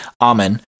Amen